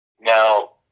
Now